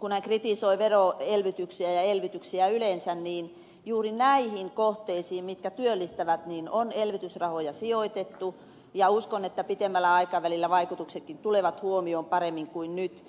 kun hän kritisoi veroelvytyksiä ja elvytyksiä yleensä niin juuri näihin kohteisiin mitkä työllistävät on elvytysrahoja sijoitettu ja uskon että pitemmällä aikavälillä vaikutuksetkin tulevat huomioon paremmin kuin nyt